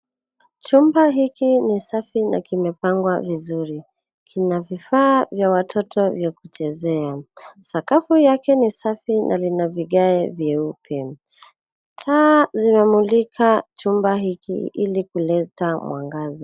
Chumba hiki ni safi na kimepangwa vizuri. Kina vifaa vya watoto vya kuchezea. Sakafu yake ni safi na lina vigae vyeupe. Taa zimemulika chumba hiki ili kuleta mwangaza.